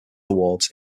awards